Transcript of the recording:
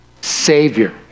Savior